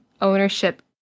ownership